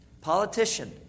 politician